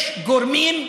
יש גורמים,